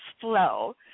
flow